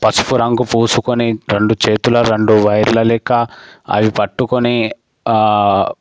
పసుపు రంగు పూసుకొని రెండు చేతులు రెండు వైర్ల లెక్క అవి పట్టుకొని